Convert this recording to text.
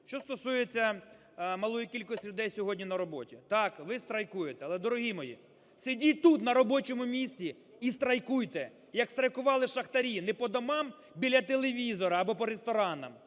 Що стосується малої кількості людей сьогодні на роботі. Так, ви страйкуєте. Але, дорогі мої, сидіть тут на робочому місці і страйкуйте, як страйкували шахтарі: не по домам біля телевізора або по ресторанах,